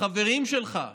החברים שלך?